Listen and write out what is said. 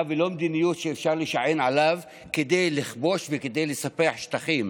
ולא מדיניות שאפשר להישען עליהם כדי לכבוש וכדי לספח שטחים.